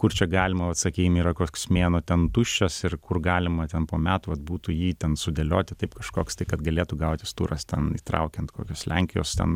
kur čia galima vat sakykim yra koks mėnuo ten tuščias ir kur galima ten po metų vat būtų jį ten sudėlioti taip kažkoks tai kad galėtų gautis turas ten įtraukiant kokios lenkijos ten